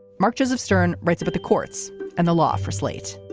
mark, joseph stern writes about the courts and the law for slate